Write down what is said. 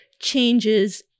changes